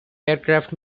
aircraft